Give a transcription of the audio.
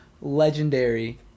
legendary